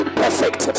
perfect